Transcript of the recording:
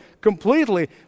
completely